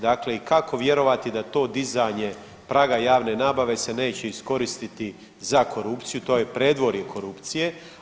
Dakle i kako vjerovati da to dizanje praga javne nabave se neće iskoristiti za korupciju, to je predvorje korupcije.